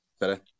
Better